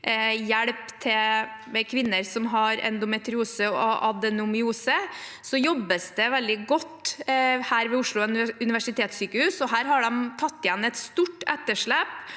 hjelp til kvinner som har endometriose og adenomyose, jobbes det veldig godt ved Oslo universitetssykehus. Der har de effektivt tatt igjen et stort etterslep